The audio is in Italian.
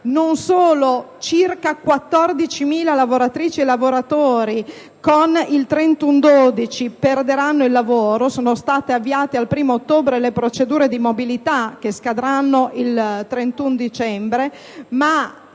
non solo circa 14.000 lavoratrici e lavoratori il 31 dicembre perderanno il lavoro (sono state avviate dal 1° ottobre le procedure di mobilità che scadranno il 31 dicembre), ma